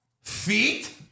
feet